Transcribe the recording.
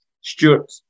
Stewart